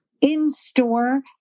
in-store